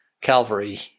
Calvary